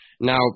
Now